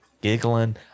Giggling